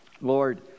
Lord